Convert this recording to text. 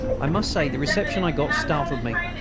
i must say the reception i got startled me.